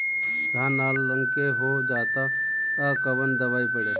धान लाल रंग के हो जाता कवन दवाई पढ़े?